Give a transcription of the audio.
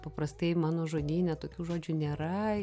paprastai mano žodyne tokių žodžių nėra